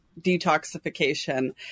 detoxification